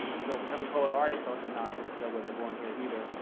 so becoming poet laureate felt obnoxious cuz i wasn't born here either.